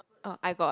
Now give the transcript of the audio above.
oh I got